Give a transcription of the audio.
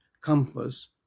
compass